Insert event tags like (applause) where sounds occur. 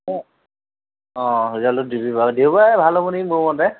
অ অ (unintelligible) দিবি বাৰু দেওবাৰে ভাল হ'ব নেকি মোৰ মতে